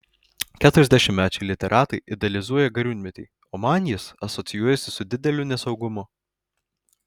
keturiasdešimtmečiai literatai idealizuoja gariūnmetį o man jis asocijuojasi su dideliu nesaugumu